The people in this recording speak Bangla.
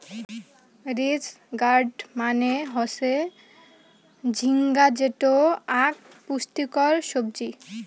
রিজ গার্ড মানে হসে ঝিঙ্গা যেটো আক পুষ্টিকর সবজি